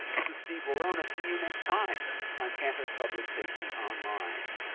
this is steve worona, see you next time on campus public safety online.